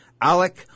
Alec